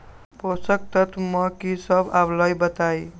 पोषक तत्व म की सब आबलई बताई?